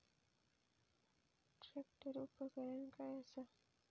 Tractor उपकरण काय असा?